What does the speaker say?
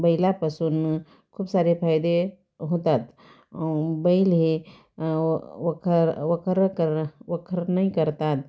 बैलापासून खूप सारे फायदे होतात बैल हे व वखर वखर कर वखरणी करतात